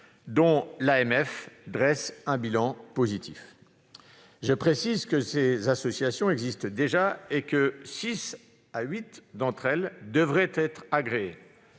financiers) dresse un bilan positif. Je précise que ces associations existent déjà et que six à huit d'entre elles devraient être agréées.